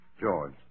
George